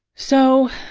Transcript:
so,